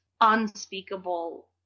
unspeakable